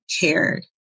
cared